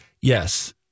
Yes